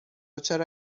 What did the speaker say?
چرا